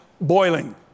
boiling